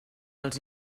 els